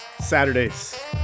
Saturday's